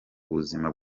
buzima